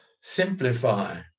Simplify